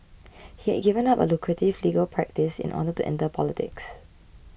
he had given up a lucrative legal practice in order to enter politics